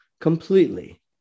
completely